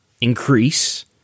increase